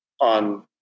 on